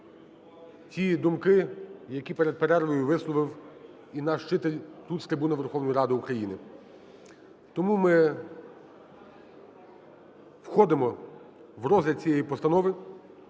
Тому ми входимо в розгляд цієї Постанови